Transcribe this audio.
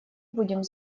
будем